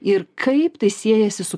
ir kaip tai siejasi su